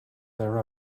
their